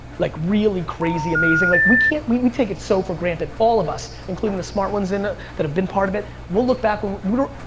like, really crazy amazing, like we can't, we we take it so for granted, all of us, including the smart ones in that have been part of it. we'll look back when,